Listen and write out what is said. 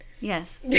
Yes